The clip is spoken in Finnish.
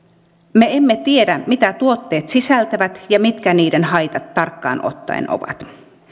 me emme tiedä mitä tuotteet sisältävät ja mitkä niiden haitat tarkkaan ottaen ovat